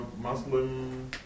Muslim